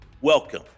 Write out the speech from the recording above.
Welcome